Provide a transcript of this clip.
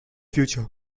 future